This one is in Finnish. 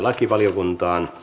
kiitos